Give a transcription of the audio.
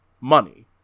money